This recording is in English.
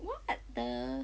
what the